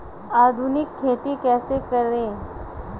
आधुनिक खेती कैसे करें?